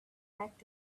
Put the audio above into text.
back